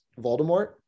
voldemort